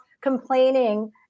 complaining